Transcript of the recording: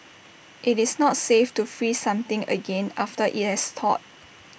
IT is not safe to freeze something again after IT has thawed